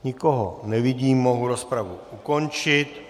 Nikoho nevidím, mohu rozpravu ukončit.